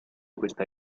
questa